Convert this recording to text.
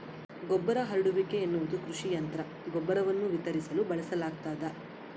ಗೊಬ್ಬರ ಹರಡುವಿಕೆ ಎನ್ನುವುದು ಕೃಷಿ ಯಂತ್ರ ಗೊಬ್ಬರವನ್ನು ವಿತರಿಸಲು ಬಳಸಲಾಗ್ತದ